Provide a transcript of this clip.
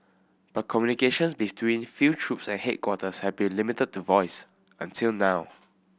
but communications between field troops and headquarters have been limited to voice until now